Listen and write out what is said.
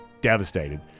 devastated